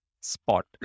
spot